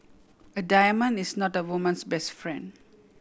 a diamond is not a woman's best friend